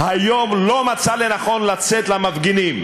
היום לא מצא לנכון לצאת אל המפגינים.